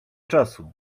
czasu